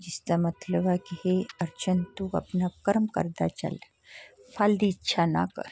ਜਿਸ ਦਾ ਮਤਲਬ ਹੈ ਕਿ ਹੇ ਅਰਜਨ ਤੂੰ ਆਪਣਾ ਕਰਮ ਕਰਦਾ ਚੱਲ ਫਲ ਦੀ ਇੱਛਾ ਨਾ ਕਰ